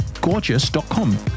gorgeous.com